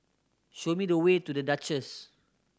show me the way to The Duchess